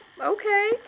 Okay